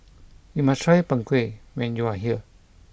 you must try Png Kueh when you are here